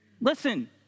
Listen